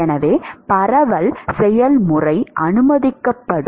எனவே பரவல் செயல்முறை அனுமதிக்கப்படும்